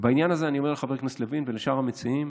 ובעניין הזה אני אומר לחבר הכנסת לוין ולשאר המציעים,